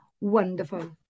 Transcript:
wonderful